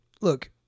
look